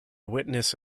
witness